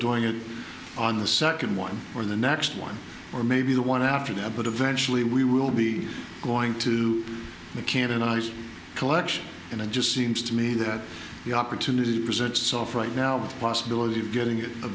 doing it on the second one or the next one or maybe the one after that but eventually we will be going to the canonised collection and it just seems to me that the opportunity to present soft right now possibility of getting